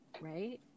Right